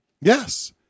Yes